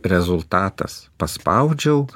rezultatas paspaudžiau